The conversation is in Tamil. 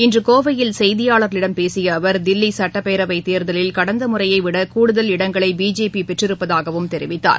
இன்று கோவையில் செய்தியாளர்களிடம் பேசிய அவர் தில்லி சுட்டப்பேரவைத் தேர்தலில் கடந்த முறையைவிட கூடுதல் இடங்களை பிஜேபி பெற்றிருப்பதாகவும் தெரிவித்தார்